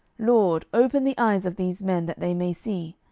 lord, open the eyes of these men, that they may see.